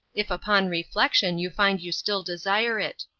if upon reflection you find you still desire it.